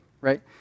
Right